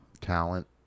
Talent